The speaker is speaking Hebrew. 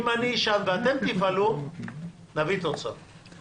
אם אני אישן ואתם תפעלו נביא תוצאה.